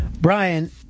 Brian